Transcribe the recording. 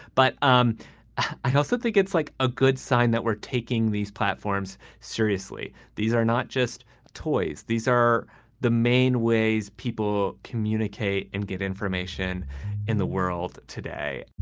but um i also think it's like a good sign that we're taking these platforms seriously. these are not just toys. these are the main ways people communicate and get information in the world today